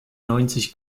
neunzig